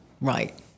Right